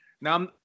now